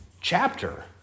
chapter